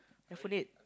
iPhone eight